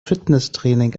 fitnesstraining